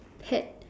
pet